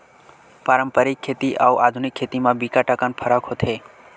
पारंपरिक खेती अउ आधुनिक खेती म बिकट अकन फरक होथे